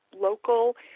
local